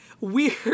weird